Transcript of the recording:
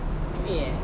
A ah